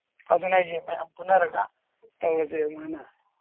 ꯑꯗꯨꯅꯦ ꯍꯥꯏꯁꯦ ꯃꯌꯥꯝ ꯄꯨꯟꯅꯔꯒ ꯇꯧꯔꯁꯦ ꯑꯗꯨꯃꯥꯏꯅ